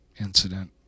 incident